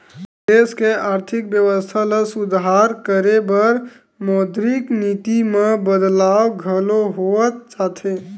देस के आरथिक बेवस्था ल सुधार करे बर मौद्रिक नीति म बदलाव घलो होवत जाथे